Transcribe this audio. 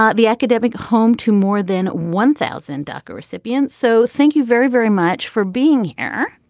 ah the academic home to more than one thousand daca recipients so thank you very, very much for being here.